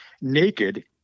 naked